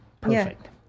Perfect